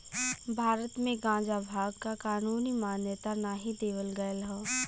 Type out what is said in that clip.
भारत में गांजा भांग क कानूनी मान्यता नाही देवल गयल हौ